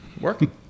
working